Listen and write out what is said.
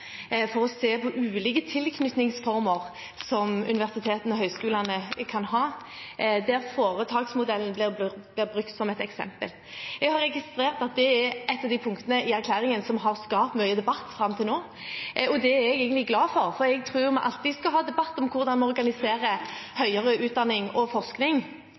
for å se på ulike tilknytningsformer som universitetene og høyskolene kan ha, der foretaksmodellen blir brukt som et eksempel. Jeg har registrert at det er et av de punktene i erklæringen som har skapt mye debatt fram til nå, og det er jeg egentlig glad for, for jeg tror at vi alltid skal ha debatt om hvordan vi organiserer høyere utdanning og forskning.